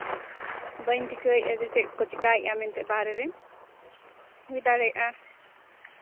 ᱵᱟᱹᱧ ᱴᱷᱤᱠᱟᱹᱭᱮᱫᱼᱟ ᱡᱮ ᱪᱮᱫ ᱠᱚ ᱪᱮᱠᱟᱭᱮᱫᱼᱟ ᱵᱟᱦᱨᱮ ᱨᱮᱱ ᱦᱩᱭ ᱫᱟᱲᱮᱭᱟᱜᱼᱟ